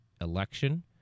election